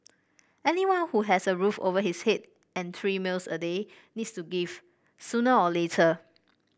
anyone who has a roof over his head and three meals a day needs to give sooner or later